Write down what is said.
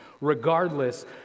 Regardless